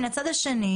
מהצד השני,